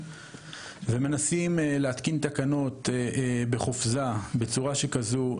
ומנסים להתקין תקנות בחופזה ובצורה כזו,